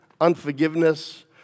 unforgiveness